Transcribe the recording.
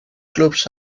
clubs